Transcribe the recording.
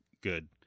good